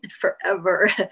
forever